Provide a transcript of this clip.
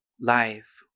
life